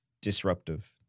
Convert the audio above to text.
disruptive